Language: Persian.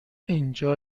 اینجا